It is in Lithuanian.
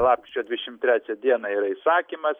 lapkričio dvidešim trečią dieną yra įsakymas